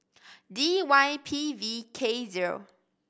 D Y P V K zero